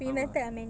hannah